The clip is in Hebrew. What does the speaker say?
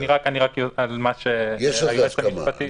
יש על זה הסכמה.